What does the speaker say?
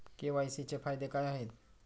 KYC चे फायदे काय आहेत?